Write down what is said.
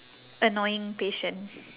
annoying patient